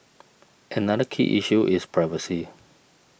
another key issue is privacy